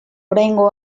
oraingo